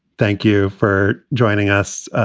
thank you for joining us.